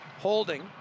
holding